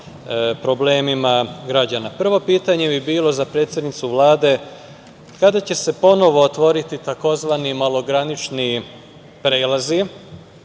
problemima građan. Prvo pitanje bi bilo za predsednicu Vlade - kada će se ponovo otvoriti taj tzv. malogranični prelazi?